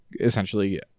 essentially